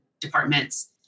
departments